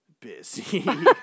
busy